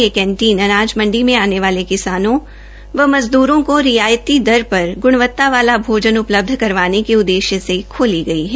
यह कैंटीन अनाज मंडी में आने वाले किसानों व मज़दूरों को रियायती दरों पर ग्णवता वाला भोजना उपल्बंध करवाने के उद्देश्य से खोली है